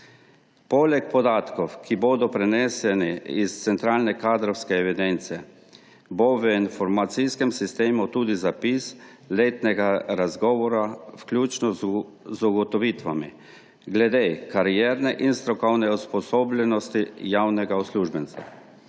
Poleg podatkov, ki bodo preneseni iz centralne kadrovske evidence, bo v informacijskem sistemu tudi zapis letnega razgovora, vključno z ugotovitvami glede karierne in strokovne usposobljenosti javnega uslužbenca,